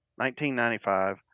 1995